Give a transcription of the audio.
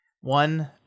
one